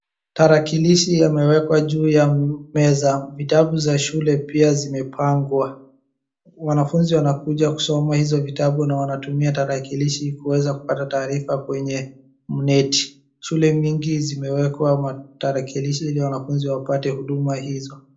Tarakilishi yamewekwa juu ya meza. Vitabu za shule pia zimepangwa. Wanafunzi wanakuja kusoma hizo vitabu na wanatumia tarakilishi kuweza kupata taarifa kwenye mneti. Shule mingi zimewekwa matarakilishi ili wanafunzi wapate huduma hizo.